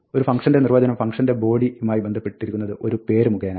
ഒരു ഫംഗ്ഷന്റെ നിർവ്വചനം ഫംഗ്ഷന്റെ ബോഡി യുമായി ബന്ധപ്പെട്ടിരിക്കുന്നത് ഒരു പേര് മുഖേനയാണ്